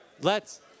lets